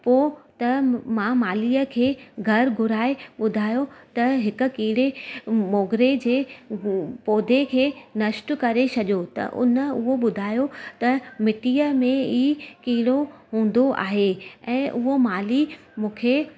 पोई त मां मालीअ खे घरु घुराए ॿुधायो त हिकु कीड़े मोगरे जे पौधे खे नष्ट करे छॾियो त उन उहो ॿुधायो त मिटीअ में ई कीड़ो हूंदो आहे ऐं उहा माली मूंखे